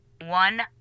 One